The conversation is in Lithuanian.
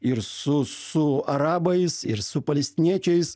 ir su su arabais ir su palestiniečiais